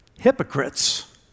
hypocrites